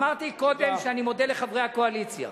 שאני מודה לחברי הקואליציה.